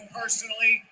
personally